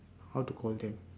how to call them